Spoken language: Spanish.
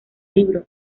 libro